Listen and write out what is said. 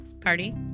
party